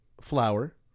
flour